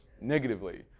negatively